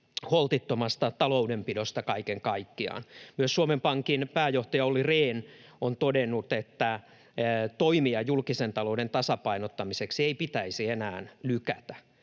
holtittomasta taloudenpidosta kaiken kaikkiaan. Myös Suomen Pankin pääjohtaja Olli Rehn on todennut, että toimia julkisen talouden tasapainottamiseksi ei pitäisi enää lykätä.